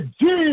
Jesus